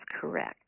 correct